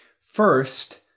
First